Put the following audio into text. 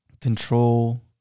control